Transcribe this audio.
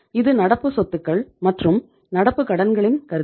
இது நடப்பு சொத்துக்கள் மற்றும் நடப்பு கடன்களின் கருத்து